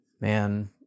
Man